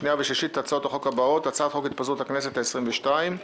שנייה ושלישית את הצעת החוק הבאות: הצ"ח התפזרות הכנסת העשרים ושתיים,